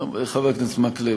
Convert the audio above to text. חבר הכנסת מקלב,